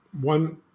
one